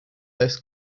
this